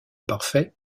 parfait